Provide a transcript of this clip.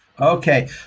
Okay